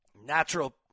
natural